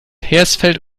hersfeld